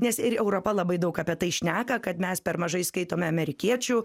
nes ir europa labai daug apie tai šneka kad mes per mažai skaitome amerikiečių